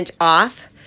off